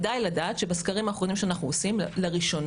כדאי לדעת שבסקרים האחרונים שאנחנו עושים לראשונה,